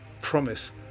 promise